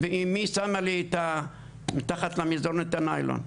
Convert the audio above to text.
ואימי שמה לי מתחת למזרון את הניילון,